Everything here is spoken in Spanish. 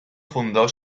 fundó